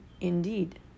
indeed